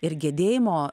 ir gedėjimo